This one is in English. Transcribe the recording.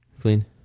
clean